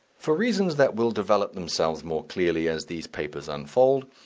for reasons that will develop themselves more clearly as these papers unfold,